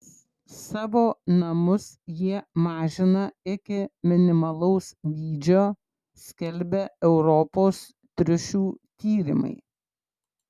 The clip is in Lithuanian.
savo namus jie mažina iki minimalaus dydžio skelbia europos triušių tyrimai